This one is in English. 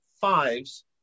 fives